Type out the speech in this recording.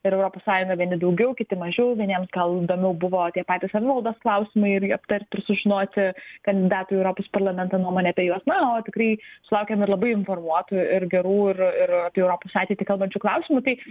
ir europos sąjunga vieni daugiau kiti mažiau vieniems gal įdomiau buvo tie patys savivaldos klausimai ir jį aptart sužinoti kandidatų į europos parlamento nuomonė apie juos na o tikrai sulaukiam ir labai informuotų ir gerų ir ir europos ateitį kalbančių klausimų tai